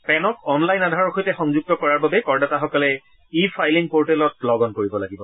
পেনক online আধাৰৰ সৈতে সংযুক্ত কৰাৰ বাবে কৰদাতাসকলে ই ফাইলিং পৰ্টেলত লগ অন কৰিব লাগিব